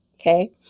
okay